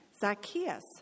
Zacchaeus